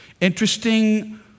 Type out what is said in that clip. Interesting